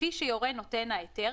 כפי שיורה נותן ההיתר,